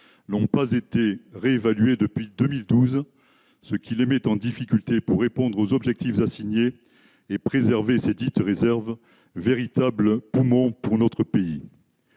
l'ont pas été réévalué depuis 2012, ce qui les met en difficulté pour répondre aux objectifs assignés et préserver s'est dite réserves, véritable poumon pour notre pays